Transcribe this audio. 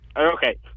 Okay